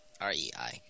R-E-I